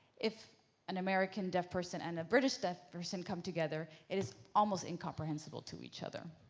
if an american deaf person and british deaf person come together, it is almost incomprehensible to each other.